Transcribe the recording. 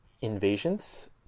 invasions